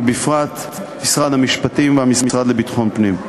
ובפרט משרד המשפטים והמשרד לביטחון פנים.